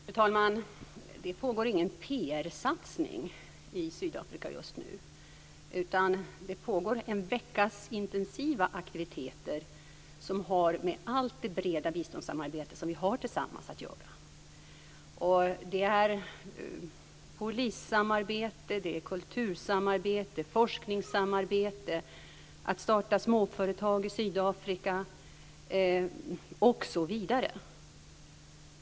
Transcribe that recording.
Fru talman! Det pågår ingen PR-satsning i Sydafrika just nu, utan det pågår en veckas intensiva aktiviteter som har med allt det breda biståndssamarbetet som vi har tillsammans att göra. Det handlar om polissamarbete, kultursamarbete, forskningssamarbete, att starta småföretag i Sydafrika, osv.